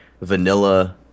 vanilla